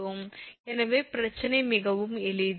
எனவே பிரச்சனை மிகவும் எளிது